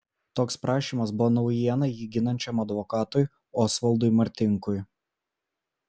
toks prašymas buvo naujiena jį ginančiam advokatui osvaldui martinkui